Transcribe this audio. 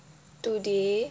today